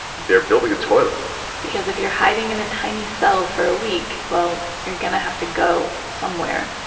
they're building a toilet because if you're hiding in a tiny cell for a week, well, you're going to have to go somewhere.